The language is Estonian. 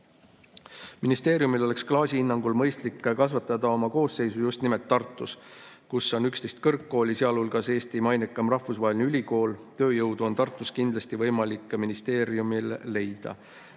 Ministeeriumil oleks Klaasi hinnangul mõistlik kasvatada oma koosseisu just nimelt Tartus, kus on 11 kõrgkooli, sealhulgas Eesti mainekaim rahvusvaheline ülikool, tööjõudugi on Tartus kindlasti võimalik ministeeriumil leida.